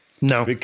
No